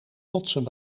rotsen